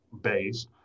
base